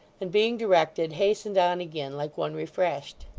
and being directed, hastened on again like one refreshed.